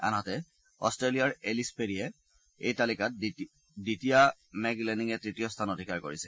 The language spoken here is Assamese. আনহাতে অট্টেলিয়াৰ এলিছ পেৰীয়ে এই তালিকাত দ্বিতীয়া মেগ লেনিঙে তৃতীয় স্থান অধিকাৰ কৰিছে